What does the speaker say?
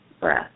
breath